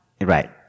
Right